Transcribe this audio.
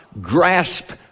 grasp